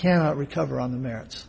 cannot recover on the merits